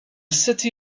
city